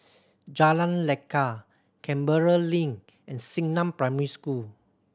Jalan Lekar Canberra Link and Xingnan Primary School